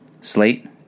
Slate